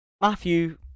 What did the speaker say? Matthew